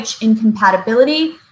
incompatibility